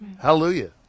Hallelujah